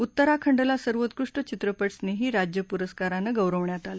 उत्तराखंडला सर्वोत्कृष्ट चित्रपट स्नेही राज्य पुरस्कारानं गौरवण्यात आलं